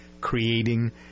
creating